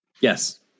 yes